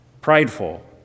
prideful